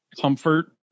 comfort